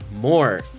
more